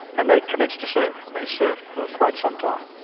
and they commenced to surf, and they surfed for quite some time.